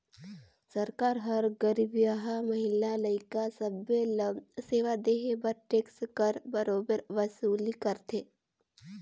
सरकार हर गरीबहा, महिला, लइका सब्बे ल सेवा देहे बर टेक्स कर बरोबेर वसूली करथे